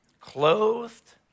clothed